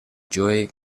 joe